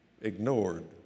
ignored